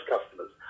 customers